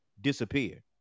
disappear